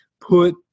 put